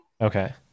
Okay